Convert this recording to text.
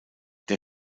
der